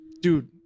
dude